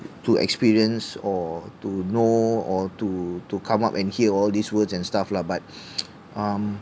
to experience or to know or to to come up and hear all these words and stuff lah but um